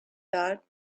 thought